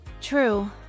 True